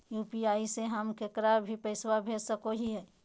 UPI से हम केकरो भी पैसा भेज सको हियै?